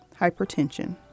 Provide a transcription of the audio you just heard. hypertension